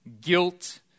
Guilt